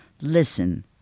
Listen